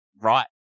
right